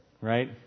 Right